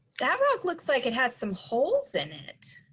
that rock looks like it has some holes in it.